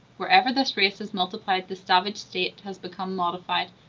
wherever this race has multiplied the savage state has become modified,